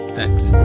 Thanks